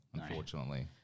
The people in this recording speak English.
unfortunately